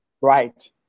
Right